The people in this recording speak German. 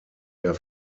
der